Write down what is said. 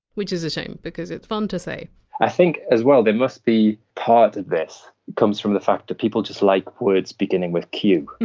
which is a shame, because it! s fun to say i think as well, there must be part of this comes from the fact that people just like words beginning with q.